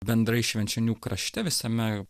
bendrai švenčionių krašte visame